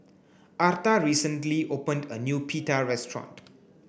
Arta recently opened a new Pita restaurant